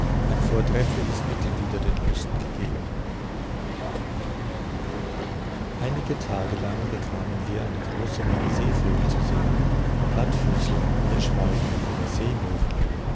ein vortreffliches mittel wieder den husten gegeben einige tage lang bekamen wir eine große menge seevögel zu sehen plattfüßler meerschwalben oder seemöven